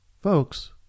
Folks